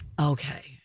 Okay